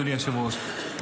אדוני היושב-ראש,